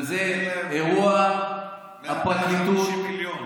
וזה אירוע הפרקליטות,